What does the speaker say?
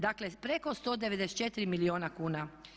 Dakle preko 194 milijuna kuna.